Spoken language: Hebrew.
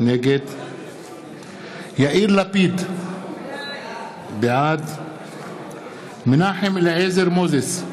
נגד יאיר לפיד, בעד מנחם אליעזר מוזס,